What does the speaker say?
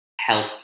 help